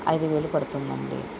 ఐదు వేలు పడుతుందండి